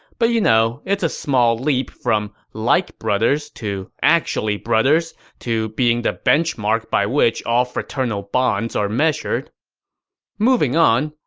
but you know, it's a small leap from like brothers to actually brothers to being the benchmark by which all fraternal bonds are measured moving on,